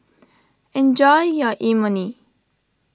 enjoy your Imoni